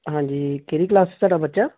ਹਾਂਜੀ ਕਿਹੜੀ ਕਲਾਸ 'ਚ ਤੁਹਾਡਾ ਬੱਚਾ